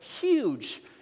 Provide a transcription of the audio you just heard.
huge